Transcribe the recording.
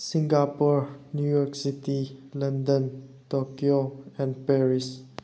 Singapore New York City London Tokyo and Paris